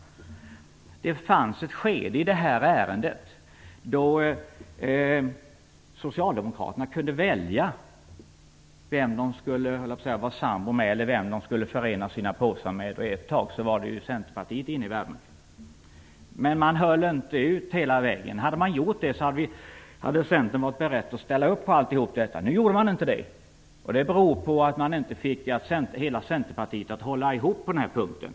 Det fanns ett skede i det här ärendet då Socialdemokraterna kunde välja vem de ville så att säga vara sambo med eller förena sina påsar med. Ett tag var Centerpartiet inne i värmen, men man höll inte ut hela vägen. Hade man gjort det hade Centern varit berett att ställa upp på allt detta. Nu gjorde man inte det, och det berodde på att man inte fick hela Centerpartiet att hålla ihop på den här punkten.